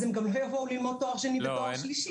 אז הם גם לא יבואו ללמוד תואר שני ותואר שלישי.